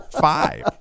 five